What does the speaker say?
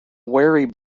wary